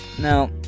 Now